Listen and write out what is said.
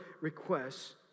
requests